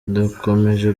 dukomeje